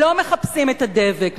לא מחפשים את הדבק,